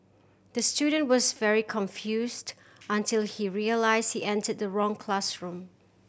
the student was very confused until he realised he entered the wrong classroom